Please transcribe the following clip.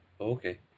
Okay